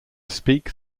speak